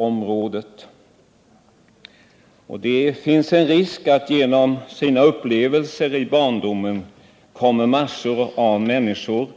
På grund av sina upplevelser i barndomen riskerar mängder av människor